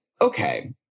okay